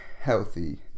healthy